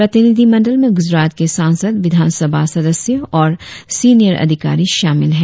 प्रतिनिधिमंडल में गुजरात के सांसद विधान सभा सदस्यों और सिनियर अधिकारी शामिल है